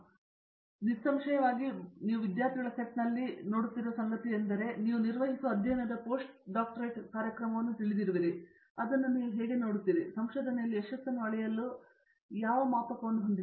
ಪ್ರತಾಪ್ ಹರಿಡೋಸ್ ಸರಿ ಮತ್ತು ನಿಸ್ಸಂಶಯವಾಗಿ ಬಹುಶಃ ನೀವು ವಿದ್ಯಾರ್ಥಿಗಳ ಸೆಟ್ನಲ್ಲಿ ನೀವು ನೋಡುತ್ತಿರುವ ಸಂಗತಿಗಳೊಂದಿಗೆ ನಿಮ್ಮೊಂದಿಗೆ ನೀವು ನಿರ್ವಹಿಸುವ ಅಧ್ಯಯನದ ಪೋಸ್ಟ್ ಸ್ನಾತಕೋತ್ತರ ಕಾರ್ಯಕ್ರಮವನ್ನು ತಿಳಿದಿರುವಿರಿ ನೀವು ಹೇಗೆ ನೋಡುತ್ತೀರಿ ಅಥವಾ ನೀವು ಸಂಶೋಧನೆಯಲ್ಲಿ ಯಶಸ್ಸನ್ನು ಅಳೆಯಲು ಹೇಗೆ ಸಲಹೆ ನೀಡುತ್ತೀರಿ